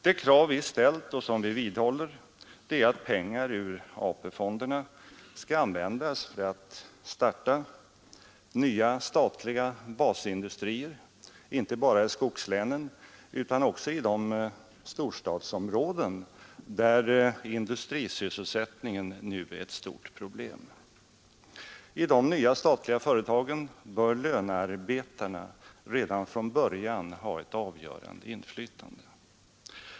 Det krav vi ställt och som vi vidhåller är att pengar ur AP-fonderna skall användas till att starta nya statliga basindustrier, inte bara i skogslänen utan också i de storstadsområden där industrisysselsättningen nu är ett stort problem. I de nya statliga företagen bör lönearbetarna redan från början ha ett avgörande inflytande.